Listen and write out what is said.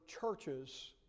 churches